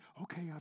okay